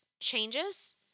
changes